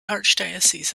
archdiocese